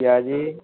ପିଆଜି